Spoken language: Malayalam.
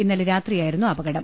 ഇന്നലെ രാത്രി യായിരുന്നു അപകടം